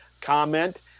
comment